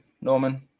Norman